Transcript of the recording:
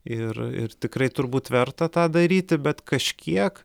ir ir tikrai turbūt verta tą daryti bet kažkiek